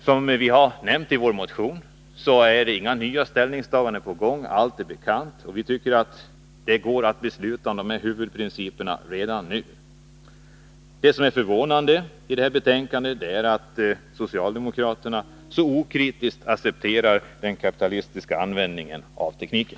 Som vi nämnt i vår motion är inga nya ställningstaganden aktuella, utan allt är bekant. Vi tycker att det går att besluta om huvudprinciperna redan nu. Det som är förvånande i det här betänkandet är att socialdemokraterna så okritiskt accepterar den kapitalistiska användningen av tekniken.